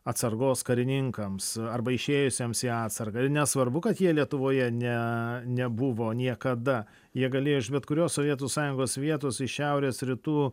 atsargos karininkams arba išėjusiems į atsargą ir nesvarbu kad jie lietuvoje ne nebuvo niekada jie galėjo iš bet kurios sovietų sąjungos vietos iš šiaurės rytų